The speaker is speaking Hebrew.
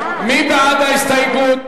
מי בעד ההסתייגות?